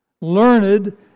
Learned